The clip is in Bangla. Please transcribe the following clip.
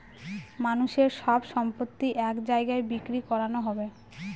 মানুষের সব সম্পত্তি এক জায়গায় বিক্রি করানো হবে